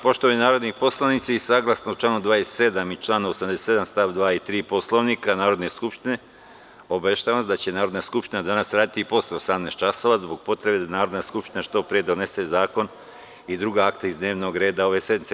Poštovani narodni poslanici, saglasno članu 27. i članu 87. stav 2. i 3. Poslovnika Narodne skupštine, obaveštavam vas da će Narodna skupština danas raditi i posle 18,00 časova, zbog potrebe da Narodna skupština što pre donese zakon i druga akta iz dnevnog reda ove sednice.